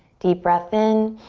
deep breath in.